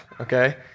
okay